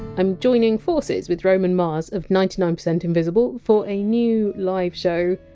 i'm joining forces with roman mars of ninety nine percent invisible, for a new live show,